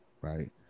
right